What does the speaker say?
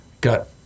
got